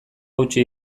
hautsi